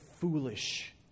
foolish